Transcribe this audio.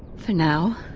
for now.